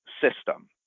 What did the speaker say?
system